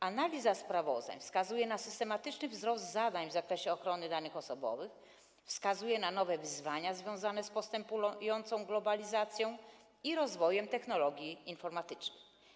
Analiza sprawozdań wskazuje na systematyczny wzrost ilości zadań w zakresie ochrony danych osobowych, wskazuje na nowe wyzwania związane z postępującą globalizacją i rozwojem technologii informatycznych.